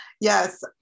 Yes